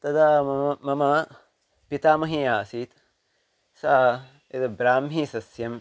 तदा मम मम पितामही या आसीत् सा एतत् ब्राह्मीसस्यं